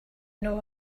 know